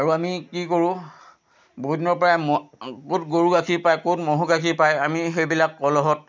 আৰু আমি কি কৰোঁ বহুদিনৰ পৰাই ক'ত গৰুৰ গাখীৰ পায় ক'ত ম'হৰ গাখীৰ পায় আমি সেইবিলাক কলহত